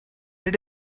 did